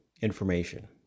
information